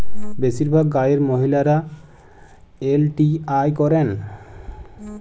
বেশিরভাগ গাঁয়ের মহিলারা এল.টি.আই করেন